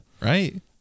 right